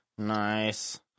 Nice